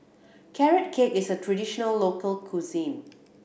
Carrot Cake is a traditional local cuisine